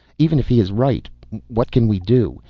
even if he is right what can we do?